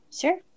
sure